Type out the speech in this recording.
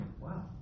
Wow